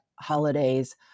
holidays